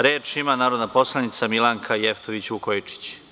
Reč ima narodna poslanica Milanka Jevtović Vukojičić.